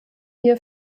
hier